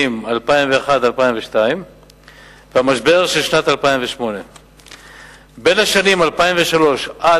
2001 2002 והמשבר של שנת 2008. בין השנים 2003 ו-2009